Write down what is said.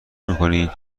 نمیکنی